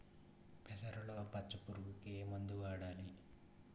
పెసరలో పచ్చ పురుగుకి ఏ మందు వాడాలి?